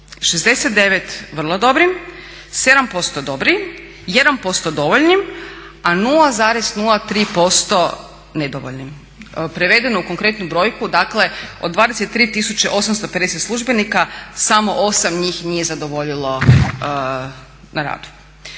69 vrlo dobrim, 7% dobrim, 1% dovoljno, a 0,03% nedovoljnim. Prevedeno u konkretnu brojku dakle od 23 850 službenika samo 8 njih nije zadovoljilo na rad.